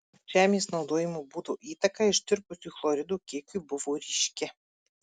žemės naudojimo būdo įtaka ištirpusių chloridų kiekiui buvo ryški